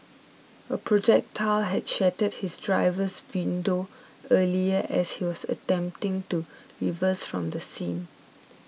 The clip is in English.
a projectile had shattered his driver's window earlier as he was attempting to reverse from the scene